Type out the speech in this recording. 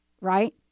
Right